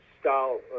style